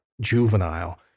juvenile